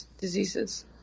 diseases